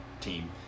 team